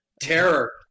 Terror